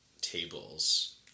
tables